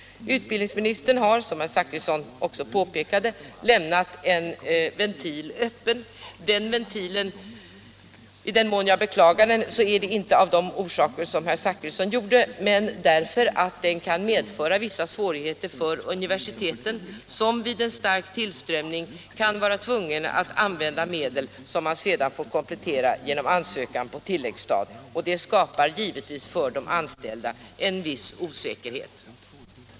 Utbildningsministern har, som herr Zachrisson också påpekade, lämnat en ventil öppen. I den mån jag beklagar den ventilen är det inte av de orsaker som herr Zachrisson anförde utan därför att den kan medföra vissa svårigheter för universiteten, som vid en stark tillströmmning kan vara tvungna att använda medel som man sedan får komplettera genom anslag på tilläggsstat. Det skapar givetvis för de anställda någon osäkerhet.